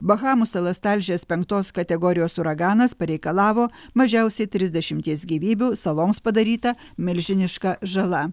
bahamų salas talžęs penktos kategorijos uraganas pareikalavo mažiausiai trisdešimties gyvybių saloms padaryta milžiniška žala